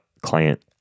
client